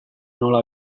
nola